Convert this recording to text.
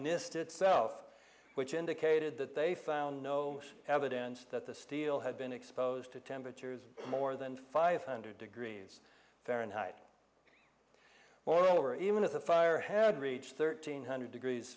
nist itself which indicated that they found no evidence that the steel had been exposed to temperatures more than five hundred degrees fahrenheit moreover even if the fire had reached thirteen hundred degrees